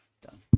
Done